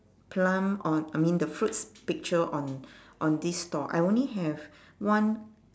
plum on I mean the fruits picture on on this store I only have one